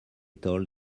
told